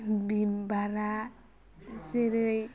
बिबारा जेरै